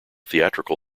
theatrical